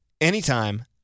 anytime